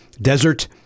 desert